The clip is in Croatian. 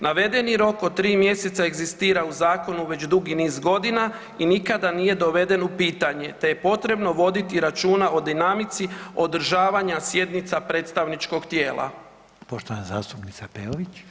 Navedeni rok od tri mjeseca egzistira u zakonu već dugi niz godina i nikada nije doveden u pitanje, te je potrebno voditi računa o dinamici održavanja sjednica predstavničkog tijela.